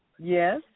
Yes